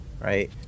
right